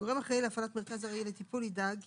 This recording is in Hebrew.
גורם אחראי להפעלת מרכז ארעי לטיפול ידאג כי